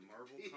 Marvel